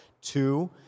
Two